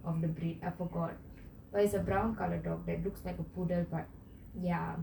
of the breed I forgot but is a brown colour dog that looks like a poodle but ya